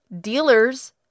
dealers